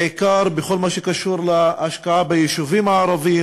בעיקר בכל מה שקשור להשקעה ביישובים הערביים,